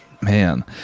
Man